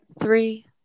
Three